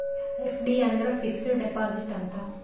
FD ಅಂದ್ರ fixed deposit ಅಂತ